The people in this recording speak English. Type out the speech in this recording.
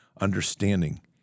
understanding